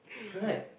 right